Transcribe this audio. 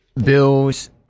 bills